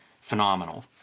phenomenal